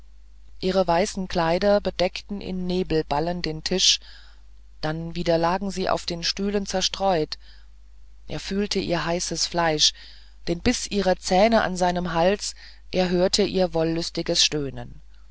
ihre weißen kleider bedeckten in nebelballen den tisch dann wieder lagen sie auf den stühlen verstreut er fühlte ihr heißes fleisch den biß ihrer zähne an seinem hals er hörte ihr wollüstiges stöhnen